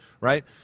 right